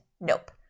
Nope